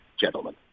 gentlemen